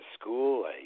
school